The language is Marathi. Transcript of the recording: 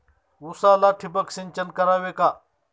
उसाला ठिबक सिंचन करावे का?